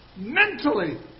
mentally